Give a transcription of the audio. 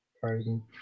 frozen